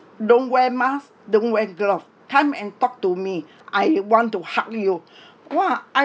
don't wear mask doesn't wear glove come and talk to me I want to hug you !wah! I